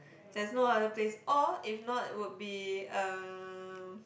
there's no other place or if not it would be uh